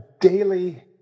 daily